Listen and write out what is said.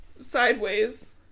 sideways